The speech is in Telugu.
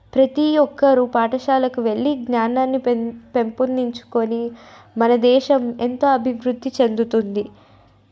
ప్రతీ ఒక్కరు పాఠశాలకి వెళ్ళి జ్ఞానాన్ని పెంపొందించుకొని మన దేశం ఎంతో అభివృద్ధి చెందుతుంది